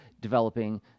developing